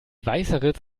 weißeritz